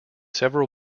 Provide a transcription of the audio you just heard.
several